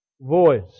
voice